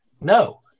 No